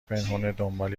پنهونه، دنبال